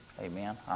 Amen